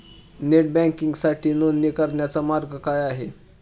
Net बँकिंगसाठी नोंदणी करण्याचा मार्ग काय आहे?